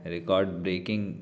record breaking